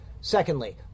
Secondly